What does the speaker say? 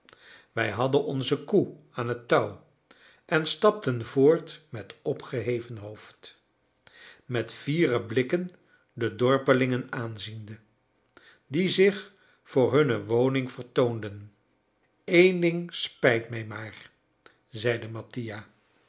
wij hadden onze koe aan het touw en stapten voort met opgeheven hoofd met fiere blikken de dorpelingen aanziende die zich voor hunne woning vertoonden eén ding spijt mij maar zeide mattia